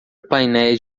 painéis